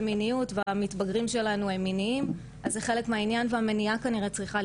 אנחנו צריכים לעבוד הרבה יותר עם המקרבן במקומות האלו,